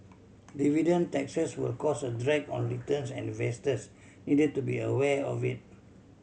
dividend taxes will cause a drag on returns and investors need to be aware of it